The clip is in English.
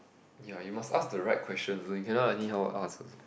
ya you must ask the right question also you cannot anyhow ask also